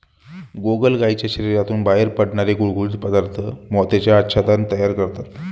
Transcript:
गोगलगायीच्या शरीरातून बाहेर पडणारे गुळगुळीत पदार्थ मोत्याचे आच्छादन तयार करतात